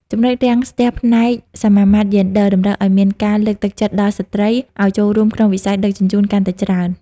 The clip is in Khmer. ចំណុចរាំងស្ទះផ្នែក "សមាមាត្រយេនឌ័រ" តម្រូវឱ្យមានការលើកទឹកចិត្តដល់ស្ត្រីឱ្យចូលរួមក្នុងវិស័យដឹកជញ្ជូនកាន់តែច្រើន។